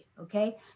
Okay